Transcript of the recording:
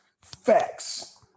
facts